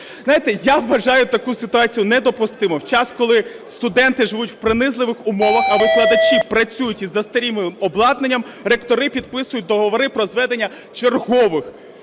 я вважаю таку ситуацію недопустимою в час, коли студенти живуть в принизливих умовах, а викладачі працюють із застарілим обладнанням, ректори підписують договори про зведення чергових